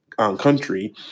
country